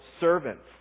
servants